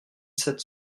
sept